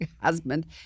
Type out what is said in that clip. husband